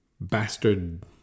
bastard